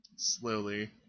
Slowly